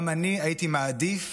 גם אני הייתי מעדיף